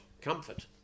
comfort